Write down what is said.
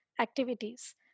activities